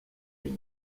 unis